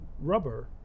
rubber